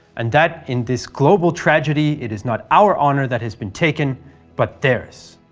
and that in this global tragedy it is not our honour that has been taken but theirs.